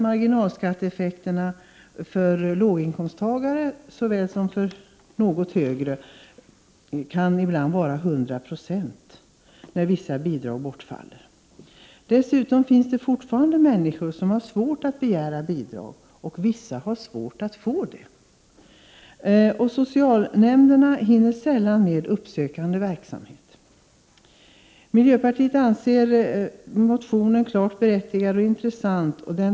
Marginalskatteeffekterna kan såväl för låginkomsttagare som för något högre inkomsttagare ibland uppgå till 100 96, när vissa bidrag bortfaller. Dessutom finns det fortfarande människor som har svårt att begära bidrag, medan andra har svårt att få bidrag. Socialnämnderna hinner sällan med uppsökande verksamhet. Miljöpartiet anser motionen klart berättigad och intressant. Den tangerar Prot.